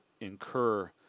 incur